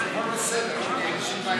הכול בסדר, אורלי, אין לי שום בעיה עם זה.